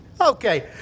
Okay